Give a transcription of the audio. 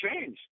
change